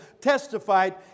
testified